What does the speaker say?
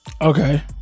Okay